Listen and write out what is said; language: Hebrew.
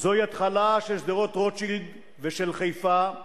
זוהי התחלה של שדרות-רוטשילד ושל חיפה,